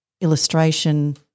illustration